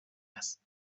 است